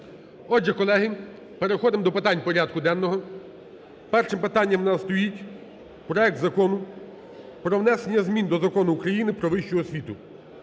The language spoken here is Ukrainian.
Отже, колеги, переходимо до питань порядку денного. Першим питанням у нас стоїть проект Закону про внесення змін до Закону України "Про вищу освіту"